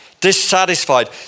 dissatisfied